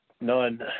None